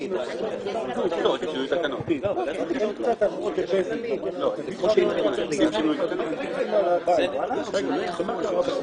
אנחנו משלמים על הרבה דברים